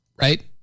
right